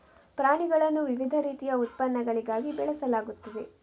ಪ್ರಾಣಿಗಳನ್ನು ವಿವಿಧ ರೀತಿಯ ಉತ್ಪನ್ನಗಳಿಗಾಗಿ ಬೆಳೆಸಲಾಗುತ್ತದೆ